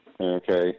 Okay